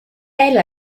elle